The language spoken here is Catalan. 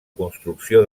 construcció